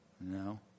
No